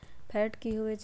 Fat की होवछै?